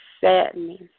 sadness